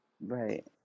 Right